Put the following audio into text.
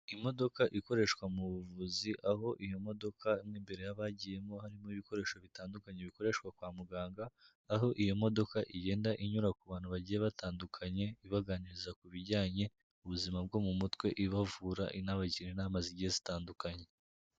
Imodoka ikoreshwa mu buvuzi, aho iyo modoka mo imbere haba hagiye harimo ibikoresho bitandukanye bikoreshwa kwa muganga. Aho iyo modoka igenda inyura ku bantu bagiye batandukanye, ibaganiriza ku bijyanye n'ubuzima bwo mu mutwe, ibavura inabagira inama zigiye zitandukanye.